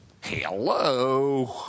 Hello